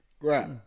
right